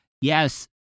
Yes